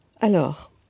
Alors